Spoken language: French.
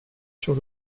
sur